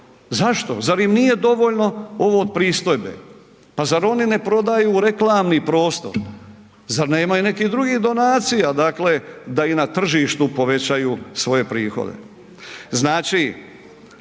Zašto? Zar im nije dovoljno ovo od pristojbe? Pa zar oni ne prodaju reklamni prostor? Zar nemaju nekih drugih donacija da i na tržištu povećaju svoje prihode?